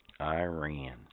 Iran